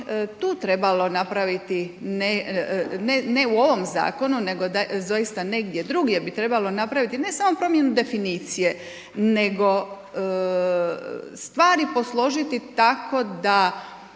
tu trebalo napraviti ne u ovom zakonu nego doista negdje drugdje bi trebalo napraviti ne samo promjenu definicije nego stvari posložiti tako da